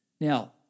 Now